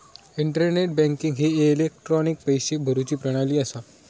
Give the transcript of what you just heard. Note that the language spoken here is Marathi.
इंटरनेट बँकिंग ही एक इलेक्ट्रॉनिक पैशे भरुची प्रणाली असा